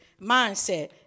mindset